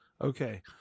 okay